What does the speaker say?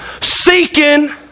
seeking